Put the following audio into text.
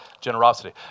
generosity